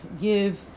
give